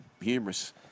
humorous